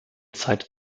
zeit